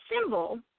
symbol